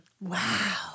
Wow